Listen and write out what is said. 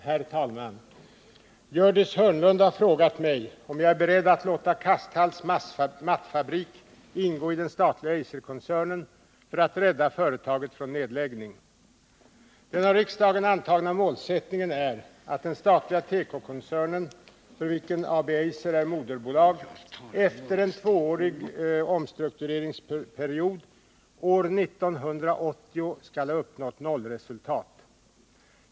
Herr talman! Gördis Hörnlund har frågat mig om jag är beredd att låta Kasthalls Mattfabrik AB ingå i den statliga Eiserkoncernen för att rädda företaget från nedläggning. Den av riksdagen antagna målsättningen är att den statliga tekokoncernen, för vilken AB Eiser är moderbolag, efter en tvåårig omstruktureringsperiod år 1980 skall ha uppnått nollresultat .